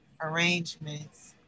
arrangements